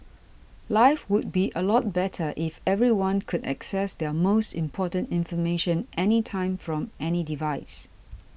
life would be a lot better if everyone could access their most important information anytime from any device